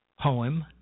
poem